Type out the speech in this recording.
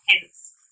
hence